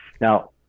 Now